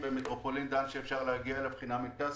במטרופולין דן שאפשר להגיע אליו חינם אין כסף.